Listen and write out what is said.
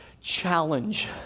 challenge